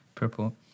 purple